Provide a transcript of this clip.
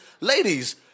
ladies